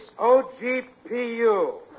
OGPU